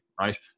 Right